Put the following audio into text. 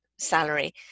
salary